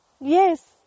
yes